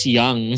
young